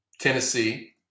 Tennessee